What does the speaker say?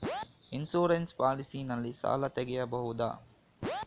Insurance policy ನಲ್ಲಿ ಸಾಲ ತೆಗೆಯಬಹುದ?